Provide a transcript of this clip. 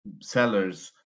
sellers